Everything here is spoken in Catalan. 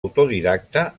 autodidacte